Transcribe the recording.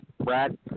Brad